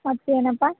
ಮತ್ತೆ ಏನಪ್ಪ